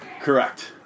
Correct